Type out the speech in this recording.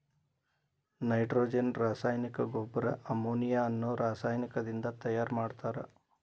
nitrogen ರಾಸಾಯನಿಕ ಗೊಬ್ಬರ ammonia ಅನ್ನೋ ರಾಸಾಯನಿಕದಿಂದ ತಯಾರ್ ಮಾಡಿರ್ತಾರ